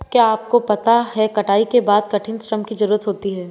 क्या आपको पता है कटाई के बाद कठिन श्रम की ज़रूरत होती है?